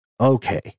okay